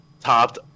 topped